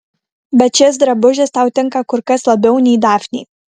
bet šis drabužis tau tinka kur kas labiau nei dafnei